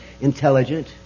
intelligent